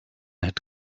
had